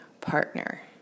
partner